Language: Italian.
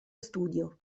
studio